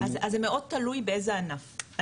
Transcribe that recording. אז זה מאוד תלוי באיזה ענף.